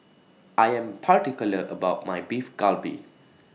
I Am particular about My Beef Galbi